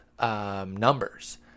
numbers